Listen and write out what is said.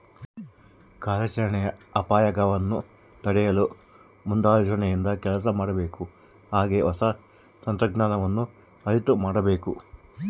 ಕಾರ್ಯಾಚರಣೆಯ ಅಪಾಯಗವನ್ನು ತಡೆಯಲು ಮುಂದಾಲೋಚನೆಯಿಂದ ಕೆಲಸ ಮಾಡಬೇಕು ಹಾಗೆ ಹೊಸ ತಂತ್ರಜ್ಞಾನವನ್ನು ಅರಿತು ಮಾಡಬೇಕು